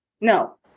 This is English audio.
No